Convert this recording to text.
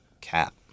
Cap